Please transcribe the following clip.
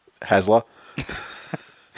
Hasler